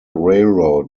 railroad